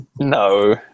No